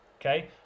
Okay